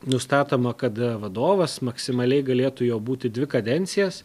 nustatoma kad vadovas maksimaliai galėtų juo būti dvi kadencijas